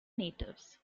natives